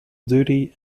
duty